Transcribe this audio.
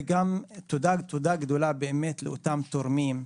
וגם תודה גדולה באמת לאותם תורמים.